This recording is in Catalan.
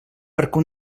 perquè